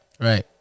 Right